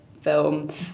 film